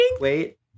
Wait